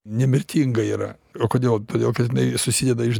nemirtinga yra o kodėl todėl kad jinai susideda iš